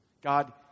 God